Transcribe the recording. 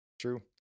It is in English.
true